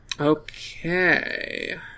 Okay